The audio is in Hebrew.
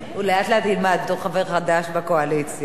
הוא לאט-לאט ילמד, בתור חבר חדש בקואליציה.